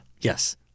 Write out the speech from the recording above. Yes